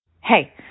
Hey